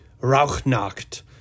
rauchnacht